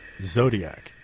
Zodiac